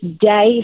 day